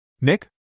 Nick